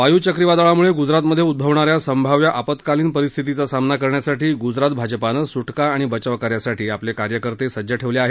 वायू चक्रीवादळामुळे गुजरातमधे उद्ववणा या संभाव्य आप्तकालीन परिस्थितीचा सामना करण्यासाठी गुजरात भाजपानं सुटका आणि बचावकार्यासाठी आपले कार्यकर्ते सज्ज ठेवले आहेत